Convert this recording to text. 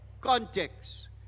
Context